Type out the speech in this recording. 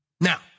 Now